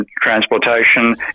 transportation